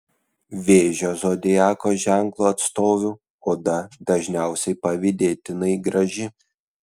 vėžio zodiako ženklo atstovių oda dažniausiai pavydėtinai graži